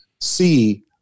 see